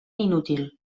inútil